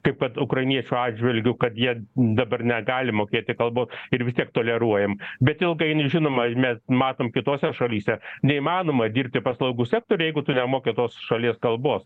kaip kad ukrainiečių atžvilgiu kad jie dabar negali mokėti kalbos ir vis tiek toleruojam bet ilgainiui žinoma mes matom kitose šalyse neįmanoma dirbti paslaugų sektoriuj jeigu tu nemoki tos šalies kalbos